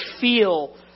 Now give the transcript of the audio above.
feel